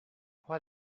what